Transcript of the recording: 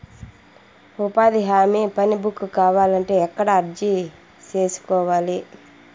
ఉపాధి హామీ పని బుక్ కావాలంటే ఎక్కడ అర్జీ సేసుకోవాలి?